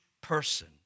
person